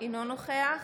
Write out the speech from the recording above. אינו נוכח